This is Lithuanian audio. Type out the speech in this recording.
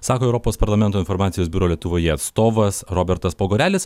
sako europos parlamento informacijos biuro lietuvoje atstovas robertas pogorelis